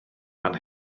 fan